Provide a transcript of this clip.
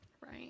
Right